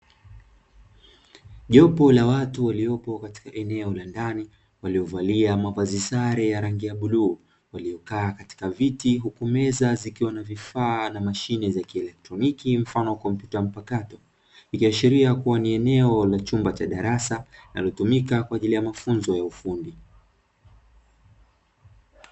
Jopo la watu waliopo katika eneo la ndani, waliovalia mavazi sare ya rangi ya bluu, waliokaa katika viti huku meza zikiwa na vifaa na mashine za kielektroniki mfano wa kompyuta mpakato, ikiashiria kuwa ni eneo la chumba cha darasa linalotumika kwa ajili ya mafunzo ya ufundi.